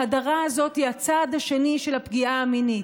ההדרה הזאת היא הצד השני של הפגיעה המינית: